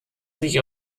sich